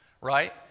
Right